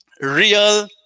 real